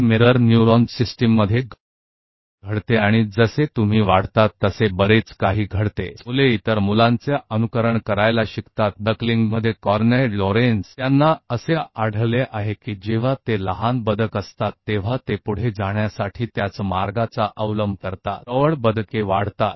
यह mirror neuron system मे होता है और जैसे जैसे आपका विकास होता जाता है तो बहुत सारे न्यूरॉन्स उसकी तरह इकट्ठा होता जाता हैं बच्चे दूसरे बच्चों के नकल करना सीख जाते हैं जो कॉर्न ऐड लॉरेंस ने बत्तखों में पाया है जब छोटे डकलिंग होते हैं तो वे आगे बढ़ने के लिए उसी तरह से पीछे चलते हैं जैसे ही वयस्क बत्तख बढ़ रहे होते है